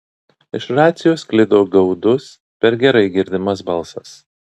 iš racijos sklido gaudus per gerai girdimas balsas